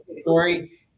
story